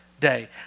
day